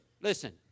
Listen